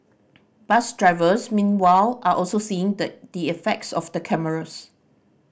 bus drivers meanwhile are also seeing the the effects of the cameras